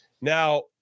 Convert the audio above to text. Now